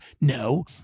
No